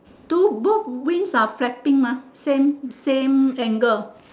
two both wings are flapping mah same same angle